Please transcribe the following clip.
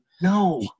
No